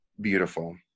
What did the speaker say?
beautiful